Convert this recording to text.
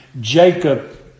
Jacob